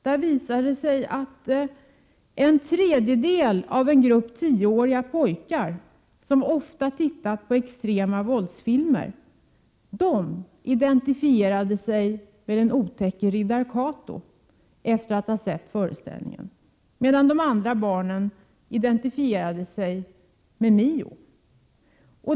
Den visar att en tredjedel av en grupp 10-åriga pojkar, som ofta tittat på extrema våldsfilmer, identifierade sig med den otäcke riddar Kato efter att ha sett föreställningen, medan de andra barnen identifierade sig med Mio.